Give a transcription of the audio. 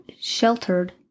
sheltered